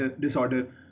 disorder